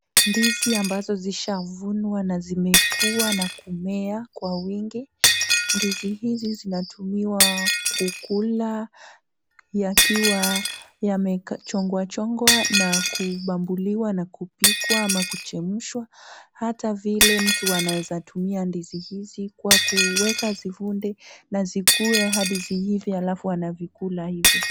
Ndizi ambazo zishavunwa na zimekuwa na kumea kwa wingi. Ndizi hizi zinatumiwa kukula yakiwa yamechongwa chongwa na kubambuliwa na kupikwa ama kuchemshwa. Hata vile mtu anaweza tumia ndizi hizi kwa kuweka zifunde na zikue hadi ziive alafu anazikula hivo.